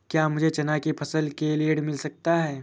क्या मुझे चना की फसल के लिए ऋण मिल सकता है?